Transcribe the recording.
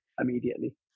immediately